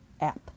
app